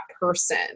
person